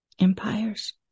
empires